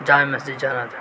جامع مسجد جانا تھا